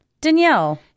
Danielle